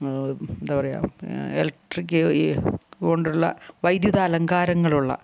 എന്താ പറയുക ഇലക്ട്രിക്ക് ഈ കൊണ്ടുള്ള വൈദ്യുത അലങ്കാരങ്ങളുള്ള